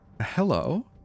Hello